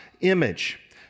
image